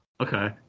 Okay